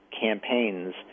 campaigns